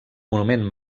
monument